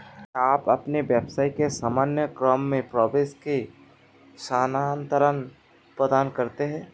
क्या आप अपने व्यवसाय के सामान्य क्रम में प्रेषण स्थानान्तरण प्रदान करते हैं?